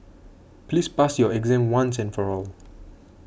please pass your exam once and for all